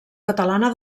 catalana